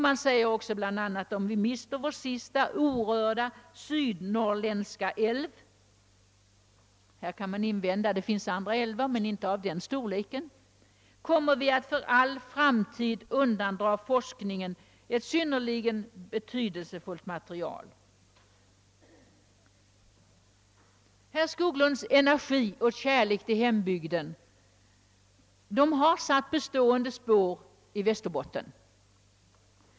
Man säger också bl.a., att om vi mister vår sista orörda sydnorrländska älv — här kan man inskjuta att det finns andra älvar, men inte av den storleken — kom mer vi att för all framtid undandra forskningen ett synnerligen betydelsefullt material. Herr Skoglunds energi och kärlek till hembygden har satt bestående spår i Västerbotten.